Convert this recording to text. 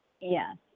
Yes